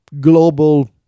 global